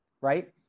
right